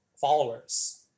followers